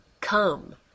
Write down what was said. Come